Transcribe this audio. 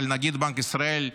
אבל נגיד בנק ישראל פרופ'